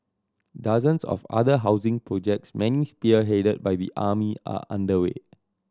dozens of other housing projects many spearheaded by the army are underway